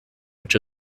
which